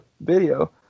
video